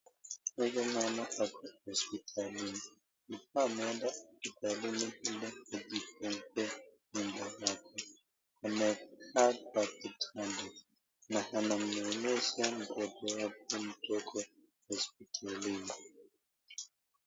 Hapa hivi naona mama ako hosipitalini. Ni kama ameenda hosipitalini ili kujifungua mimba yake. Amekaa kwa kitanda na ananyonyesha mtoto wake mdogo hosipitalini.